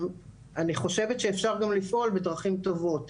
אני חושבת שאפשר גם לפעול בדרכים טובות.